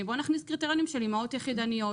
בואו נכניס קריטריונים של אימהות יחידניות,